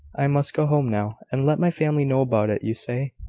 i must go home now, and let my family know about it, you say?